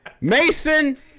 Mason